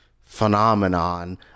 phenomenon